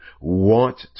want